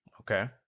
Okay